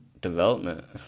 Development